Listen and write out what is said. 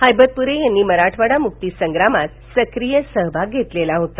हैबतपुरे यांनी मराठवाडा मुक्ती संग्रामात सक्रिय सहभाग घेतलेला होता